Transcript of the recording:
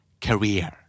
Career